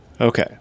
Okay